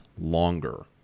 longer